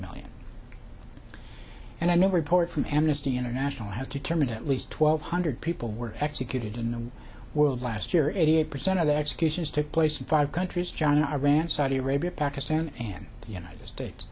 million and i may report from amnesty international have to terminate at least twelve hundred people were executed in the world last year eighty eight percent of the executions took place in five countries john iran saudi arabia pakistan and united states